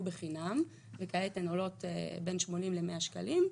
בחינם וכעת הן עולות בין 80 ל-100 שקלים,